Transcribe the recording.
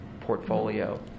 portfolio